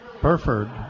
Burford